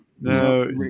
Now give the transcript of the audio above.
No